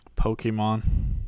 Pokemon